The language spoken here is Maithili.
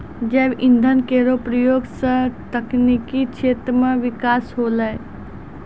जैव इंधन केरो प्रयोग सँ तकनीकी क्षेत्र म बिकास होलै